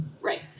Right